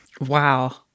Wow